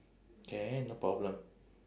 can no problem